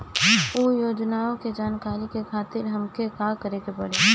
उ योजना के जानकारी के खातिर हमके का करे के पड़ी?